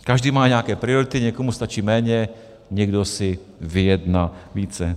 Každý má nějaké priority, někomu stačí méně, někdo si vyjedná více.